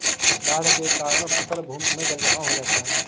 बाढ़ के कारण फसल भूमि में जलजमाव हो जाता है